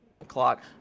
o'clock